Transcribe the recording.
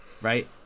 right